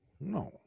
no